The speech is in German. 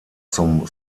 zum